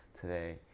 today